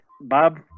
Bob